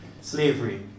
slavery